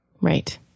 Right